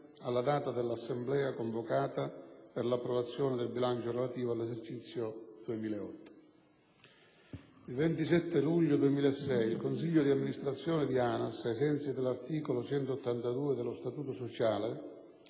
alla data dell'assemblea convocata per l'approvazione del bilancio relativo all'esercizio 2008. Il 27 luglio 2006 il consiglio di amministrazione dell'ANAS, ai sensi dell'articolo 182 dello statuto sociale,